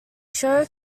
show